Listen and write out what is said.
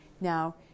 Now